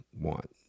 want